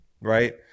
right